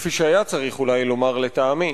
כפי שהיה צריך אולי לומר, לטעמי,